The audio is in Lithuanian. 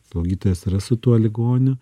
slaugytojas yra su tuo ligoniu